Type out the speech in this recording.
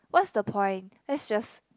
what's the point let's just